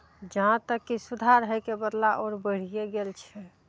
जहाँ तक कि सुधार होइके बदला आओर बढ़िये गेल छै